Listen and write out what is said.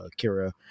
kira